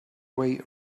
way